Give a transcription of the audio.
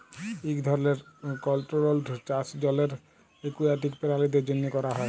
ইক ধরলের কলটোরোলড চাষ জলের একুয়াটিক পেরালিদের জ্যনহে ক্যরা হ্যয়